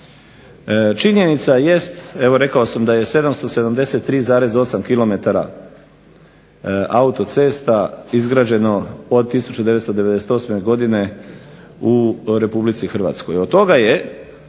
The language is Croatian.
sam da je 773,8 km autocesta izgrađeno od 1998. godine u Republici Hrvatskoj.